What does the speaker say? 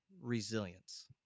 resilience